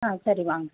ஆ சரி வாங்கள்